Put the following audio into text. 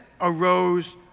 arose